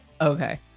okay